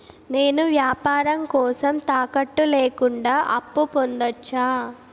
నేను వ్యాపారం కోసం తాకట్టు లేకుండా అప్పు పొందొచ్చా?